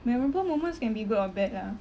memorable moments can be good or bad lah